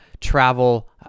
travel